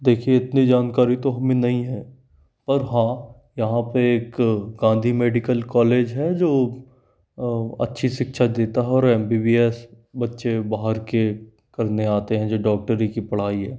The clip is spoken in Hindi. देखिए इतनी जानकारी तो हमें नहीं है पर हाँ यहाँ पे एक गांधी मेडिकल कॉलेज है जो अच्छी शिक्षा देता है और एम बी बी एस बच्चे बाहर के करने आते हैं जो डॉक्टरी की पढ़ाई है